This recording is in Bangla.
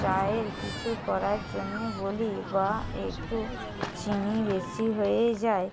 চায়ের কিছু করার জন্যে বলি বা একটু চিনি বেশি হয়ে যায়